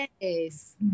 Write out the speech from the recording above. Yes